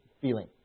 feeling